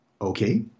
okay